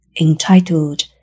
entitled